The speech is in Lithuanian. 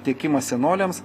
tiekimas senoliams